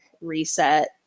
reset